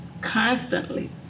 constantly